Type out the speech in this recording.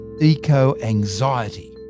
eco-anxiety